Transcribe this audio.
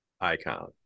icon